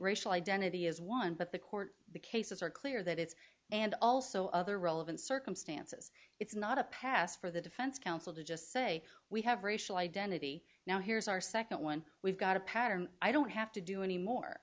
racial identity is one but the court cases are clear that it's and also other relevant circumstances it's not a pass for the defense counsel to just say we have racial identity now here's our second one we've got a pattern i don't have to do anymore